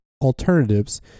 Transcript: alternatives